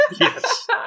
Yes